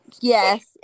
Yes